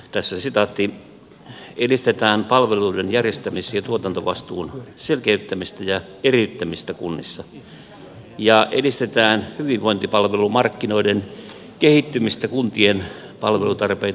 hallitusohjelman mukaan edistetään palveluiden järjestämis ja tuotantovastuun selkeyttämistä ja eriyttämistä kunnissa ja edistetään hyvinvointipalvelumarkkinoiden kehittymistä kuntien palvelutarpeita tukeviksi